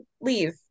leave